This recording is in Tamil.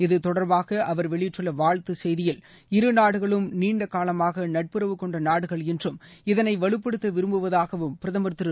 இது தொடர்பாகவெளியிட்டுள்ள் வாழ்த்துச் செய்தியில் அவர் இரு நாடுகளும் நீண்டகாலமாகநட்புறவு கொண்டநாடுகள் என்றும் இதனைவலுப்படுத்தவிரும்புவதாகவும் பிரதமர் திரு